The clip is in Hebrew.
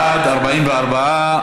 בעד 44,